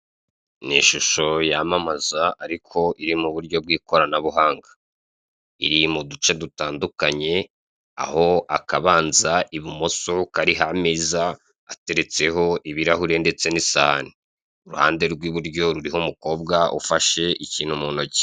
Ni ishusho yamamaza ariko iri mu buryo bw'ikoranabuhanga. Iri mu duce dutandukanye, aho akabanza ibumoso kariho ameza ateretseho ibirahure ndetse n'isahani. Iruhande rw'iburyo ruriho umukobwa ufashe ikintu mu ntoki.